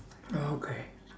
okay